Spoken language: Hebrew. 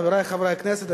חברי חברי הכנסת,